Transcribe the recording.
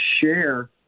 share